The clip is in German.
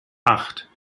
acht